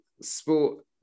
sport